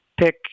pick